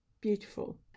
beautiful